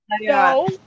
No